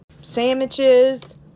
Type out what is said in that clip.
sandwiches